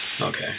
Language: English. Okay